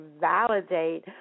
validate